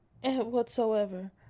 whatsoever